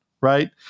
right